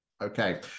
Okay